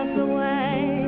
the way